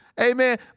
Amen